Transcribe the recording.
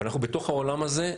אבל אנחנו בתוך העולם הזה.